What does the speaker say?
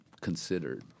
considered